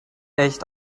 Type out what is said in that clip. echt